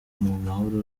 mahoro